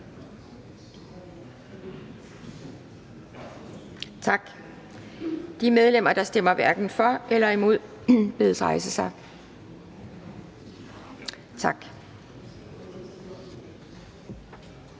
Tak. De medlemmer, der stemmer hverken for eller imod, bedes rejse sig. Tak.